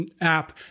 app